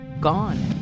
gone